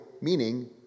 meaning